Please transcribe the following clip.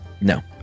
No